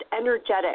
energetic